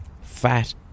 fat